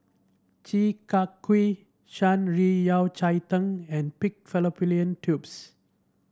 Chi Kak Kuih Shan Rui Yao Cai Tang and Pig Fallopian Tubes